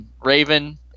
Raven